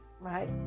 Right